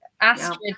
Astrid